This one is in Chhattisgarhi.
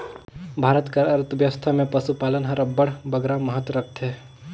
भारत कर अर्थबेवस्था में पसुपालन हर अब्बड़ बगरा महत रखथे